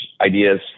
ideas